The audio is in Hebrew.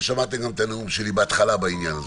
ושמעתם גם את הנאום שלי בהתחלה בעניין הזה.